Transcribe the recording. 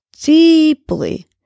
deeply